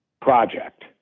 project